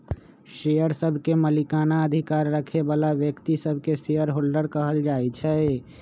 share सभके मलिकना अधिकार रखे बला व्यक्तिय सभके शेयर होल्डर कहल जाइ छइ